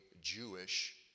Jewish